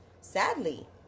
sadly